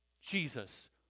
Jesus